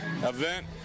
event